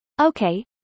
Okay